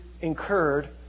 incurred